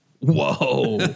Whoa